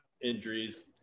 injuries